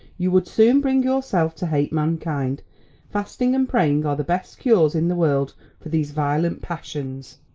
you would soon bring yourself to hate mankind fasting and praying are the best cures in the world for these violent passions.